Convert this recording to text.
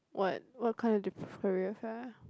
what what kind of dep~ career fair